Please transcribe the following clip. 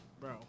Bro